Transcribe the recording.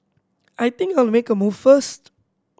I think I'll make a move first